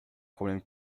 problème